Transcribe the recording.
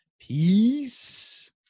peace